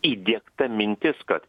įdiegta mintis kad